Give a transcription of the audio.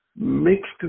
mixed